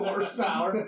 horsepower